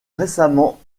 récemment